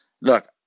look